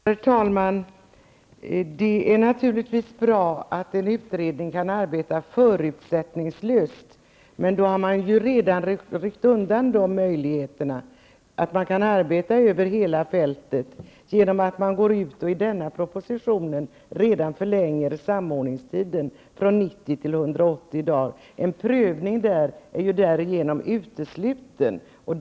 Herr talman! Det är naturligtvis bra att utredningen arbetar förutsättningslöst, men möjligheterna att arbeta över hela fältet rycks nu undan genom att det i propositionen föreslås att samordningstiden förlängs från 90 till 180 dagar. En prövning är därigenom utesluten.